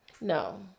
No